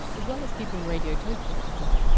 as well as keeping radiotopia afloat,